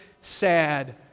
sad